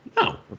No